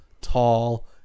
tall